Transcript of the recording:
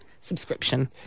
subscription